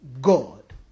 God